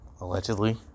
allegedly